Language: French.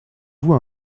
vous